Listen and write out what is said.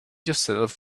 yourself